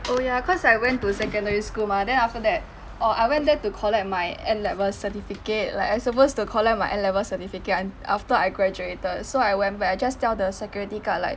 oh ya cause I went to secondary school mah then after that orh I went there to collect my N level certificate like I supposed to collect my N level certificate and after I graduated so I went back I just tell the security guard like